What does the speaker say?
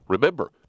Remember